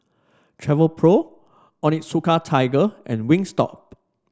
Travelpro Onitsuka Tiger and Wingstop